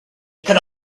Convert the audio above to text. could